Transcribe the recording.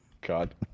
God